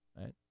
right